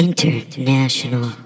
International